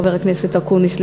חבר הכנסת אקוניס,